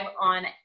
on